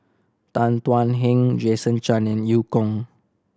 Tan Thuan Heng Jason Chan and Eu Kong